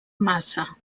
massa